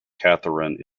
catherine